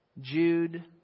Jude